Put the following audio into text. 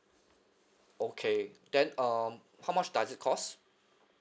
okay then um how much does it cost